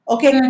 Okay